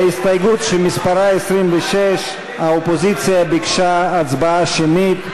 להסתייגות שמספרה 26 האופוזיציה ביקשה הצבעה שמית.